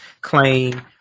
claim